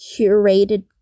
curated